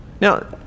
Now